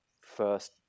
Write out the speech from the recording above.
first